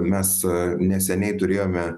mes neseniai turėjome